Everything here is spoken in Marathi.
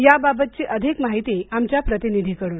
याबाबतची अधिक माहिती आमच्या प्रतिनिधीकडून